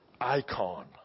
icon